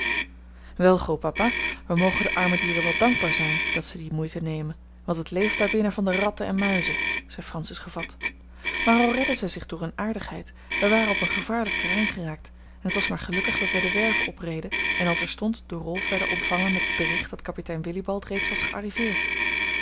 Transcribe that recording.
wel grootpapa wij mogen de arme dieren wel dankbaar zijn dat zij die moeite nemen want het leeft daarbinnen van de ratten en muizen zei francis gevat maar al redde zij zich door eene aardigheid wij waren op een gevaarlijk terrein geraakt en t was maar gelukkig dat wij de werve opreden en al terstond door rolf werden ontvangen met het bericht dat kapitein willibald reeds was gearriveerd